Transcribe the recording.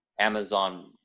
Amazon